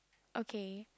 okay